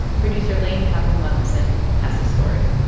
producer laine kaplan-levenson has the story